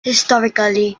historically